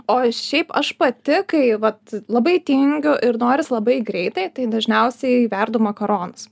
o šiaip aš pati kai vat labai tingiu ir noris labai greitai tai dažniausiai verdu makaronus